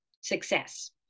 success